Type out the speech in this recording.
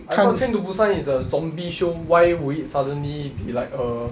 I thought train to busan is a zombie show why would it suddenly be like a